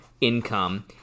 income